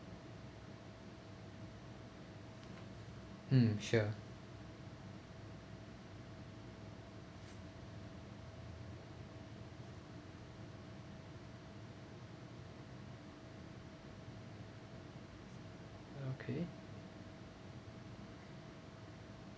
mm sure okay